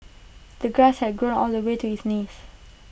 the grass had grown all the way to his knees